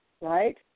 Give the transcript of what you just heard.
Right